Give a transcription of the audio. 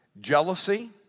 jealousy